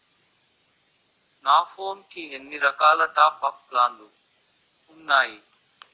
నా ఫోన్ కి ఎన్ని రకాల టాప్ అప్ ప్లాన్లు ఉన్నాయి?